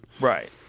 Right